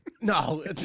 No